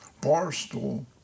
Barstool